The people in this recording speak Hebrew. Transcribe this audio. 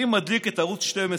אני מדליק את ערוץ 12,